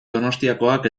donostiakoak